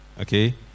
Okay